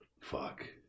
Fuck